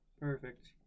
Perfect